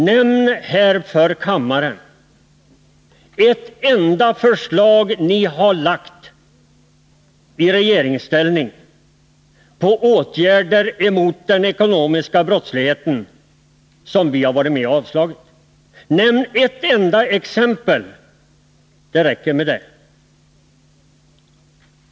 Nämn här för kammaren ett enda förslag som ni har lagt fram i regeringsställning om åtgärder mot den ekonomiska brottsligheten som vi har varit med om att avslå! Nämn ett enda exempel — det räcker med det!